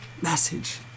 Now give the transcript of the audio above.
message